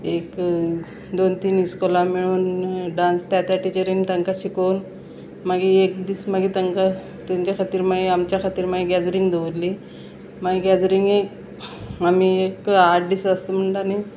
एक दोन तीन इस्कोलां मेळून डांस त्या त्या टिचरीन तांकां शिकोवन मागी एक दीस मागीर तांकां तेंच्या खातीर मागीर आमच्या खातीर मागीर गॅदरींग दवरली मागीर गॅदरींगेक आमी एक आठ दीस आसता म्हणटा न्ही